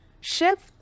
shift